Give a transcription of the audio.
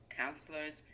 counselors